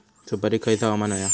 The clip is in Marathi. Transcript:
सुपरिक खयचा हवामान होया?